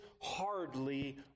hardly